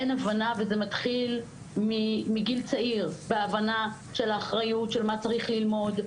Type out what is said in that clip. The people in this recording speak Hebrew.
אין הבנה וזה מתחיל מגיל צעיר בהבנה של האחריות של מה צריך ללמוד,